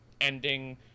ending